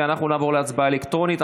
נעבור להצבעה אלקטרונית.